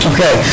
Okay